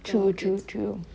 true true true